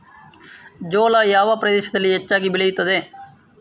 ಜೋಳ ಯಾವ ಪ್ರದೇಶಗಳಲ್ಲಿ ಹೆಚ್ಚಾಗಿ ಬೆಳೆಯುತ್ತದೆ?